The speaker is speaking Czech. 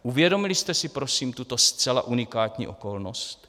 Uvědomili jste si prosím tuto zcela unikátní okolnost?